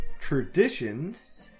traditions